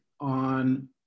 on